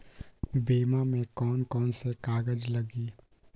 बीमा में कौन कौन से कागज लगी?